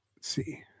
see